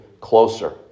closer